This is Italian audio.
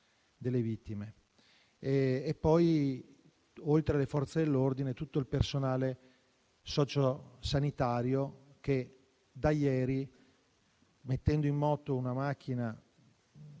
Poi, oltre alle Forze dell'ordine, ringraziamo tutto il personale socio sanitario, che da ieri, mettendo in moto una macchina